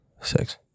six